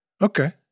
Okay